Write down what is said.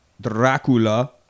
Dracula